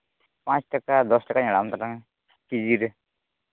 ᱯᱟᱸᱪ ᱴᱟᱠᱟ ᱫᱚᱥ ᱴᱟᱠᱟᱧ ᱟᱲᱟᱜᱼᱟᱢ ᱛᱟᱞᱟᱝ ᱟ ᱠᱤᱡᱤ ᱨᱮ